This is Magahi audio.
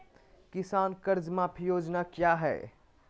किसान कर्ज माफी योजना क्या है?